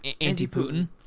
anti-putin